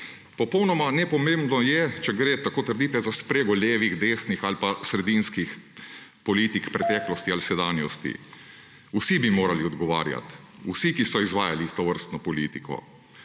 Popolnoma nepomembno je, če gre, tako trdite, za sprego levih, desnih ali pa sredinskih politik preteklosti ali sedanjosti. Vsi bi morali odgovarjati, vsi, ki so izvajali tovrstno politiko.